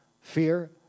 fear